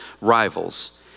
rivals